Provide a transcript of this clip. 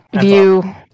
view